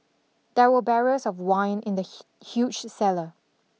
there were barrels of wine in the huge cellar